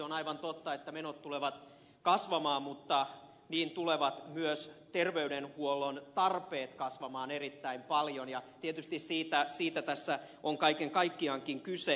on aivan totta että menot tulevat kasvamaan mutta niin tulevat myös terveydenhuollon tarpeet kasvamaan erittäin paljon ja tietysti siitä tässä on kaiken kaikkiaankin kyse